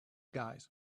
guys